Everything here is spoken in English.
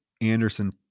Anderson